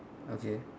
okay